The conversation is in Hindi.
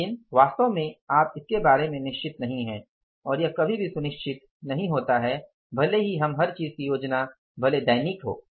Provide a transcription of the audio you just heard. लेकिन वास्तव में आप इसके बारे में निश्चित नहीं हैं और यह कभी भी सुनिश्चित नहीं होता है भले ही हम हर चीज़ की योजना भले दैनिक ही